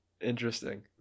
Interesting